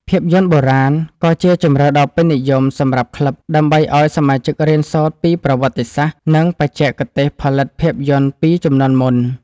ភាពយន្តបុរាណ ក៏ជាជម្រើសដ៏ពេញនិយមសម្រាប់ក្លឹប ដើម្បីឱ្យសមាជិករៀនសូត្រពីប្រវត្តិសាស្ត្រ និងបច្ចេកទេសផលិតភាពយន្តពីជំនាន់មុន។